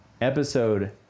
episode